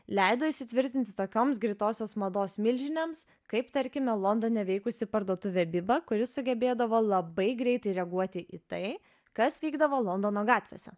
leido įsitvirtinti tokioms greitosios mados milžinėms kaip tarkime londone veikusi parduotuvė biba kuri sugebėdavo labai greitai reaguoti į tai kas vykdavo londono gatvėse